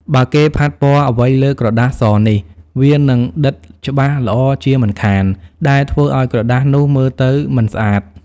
បើគេផាត់ពណ៌អ្វីលើក្រដាសសនេះ វានឹងដិតច្បាស់ល្អជាមិនខាន ដែលធ្វើឲ្យក្រដាសនោះមើលទៅមិនស្អាត។